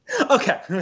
Okay